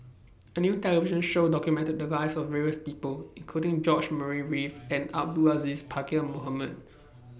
A New television Show documented The Lives of various People including George Murray Reith and Abdul Aziz Pakkeer Mohamed